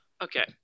okay